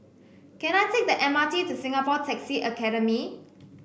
can I take the M R T to Singapore Taxi Academy